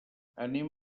anem